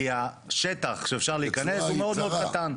כי השטח שאפשר להיכנס הוא מאוד מאוד קטן.